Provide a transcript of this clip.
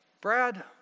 Brad